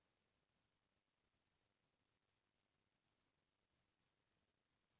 का बंजर जमीन म घलो खेती कर सकथन का?